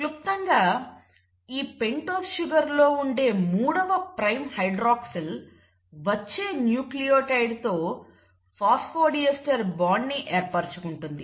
క్లుప్తంగా ఈ pentose sugar లో ఉండే మూడవ ప్రైమ్ హైడ్రాక్సిల్ వచ్చే న్యూక్లియోటైడ్ తో ఫాస్ఫోడీస్టర్ బాండ్ ని ఏర్పరచుకుంటుంది